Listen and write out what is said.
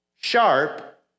Sharp